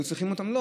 לא,